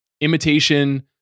imitation